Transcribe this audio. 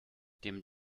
dem